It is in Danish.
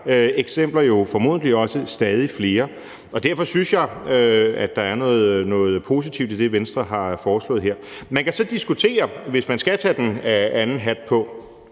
eksempler jo formodentlig også stadig flere, og derfor synes jeg, at der er noget positivt i det, Venstre har foreslået her. Man kan diskutere, hvis man skal tage den anden hat på,